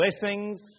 blessings